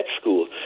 school